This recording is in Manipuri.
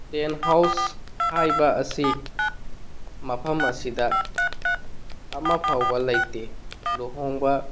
ꯇꯦꯟ ꯍꯥꯎꯁ ꯍꯥꯏꯕ ꯑꯁꯤ ꯃꯐꯝ ꯑꯁꯤꯗ ꯑꯃ ꯐꯥꯎꯕ ꯂꯩꯇꯦ ꯂꯨꯍꯣꯡꯕ